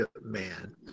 man